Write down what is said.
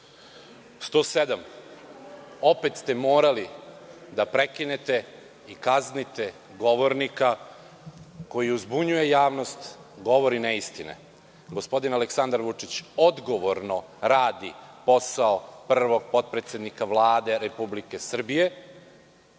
107. Opet ste morali da prekinete i kaznite govornika koji uzbunjuje javnost, govori neistine. Gospodin Aleksandar Vučić odgovorno radi posao prvog potpredsednika Vlade Republike Srbije